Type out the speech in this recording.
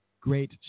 great